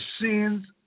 sins